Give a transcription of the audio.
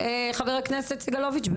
חבר הכנסת סגלוביץ', אתה צריך לזוז?